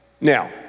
Now